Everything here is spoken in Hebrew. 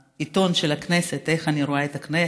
לעיתון של הכנסת: איך אני רואה את הכנסת,